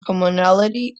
commonality